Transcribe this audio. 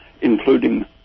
including